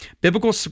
Biblical